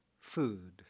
food